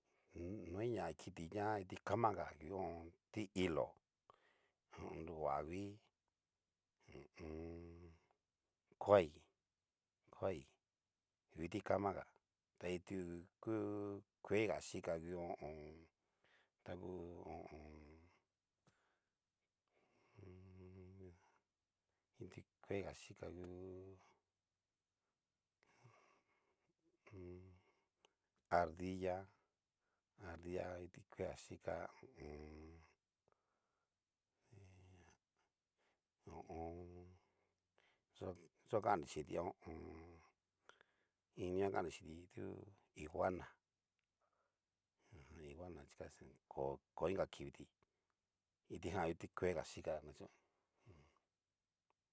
Mmm noi na kiti kitikamaga ngu ho o on. ti'ilo, ho o on. nruhuavii, hu u un. kuai kuai ngu kit kamaga ta tuku kuega xhika ngu ho o on. ngu ho o on. mmm. di kiti kuega chika ngu. mmm. ardilla, ardilla ngu kiti kuega xhika, ho o on. ardilla ho o on. yo kanri xhinti ho o o. ini kannri xhinti du iguana, aja iguana chí casi ko inga kiviti kitijan ngu kiti kuega xhika nakacho.